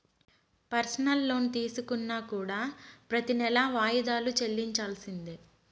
personal loan తీసుకున్నా కూడా ప్రెతి నెలా వాయిదాలు చెల్లించాల్సిందే